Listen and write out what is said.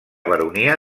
baronia